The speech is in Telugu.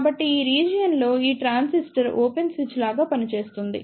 కాబట్టి ఈ రీజియన్ లో ఈ ట్రాన్సిస్టర్ ఓపెన్ స్విచ్ లాగా పనిచేస్తుంది